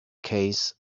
case